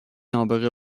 نابغه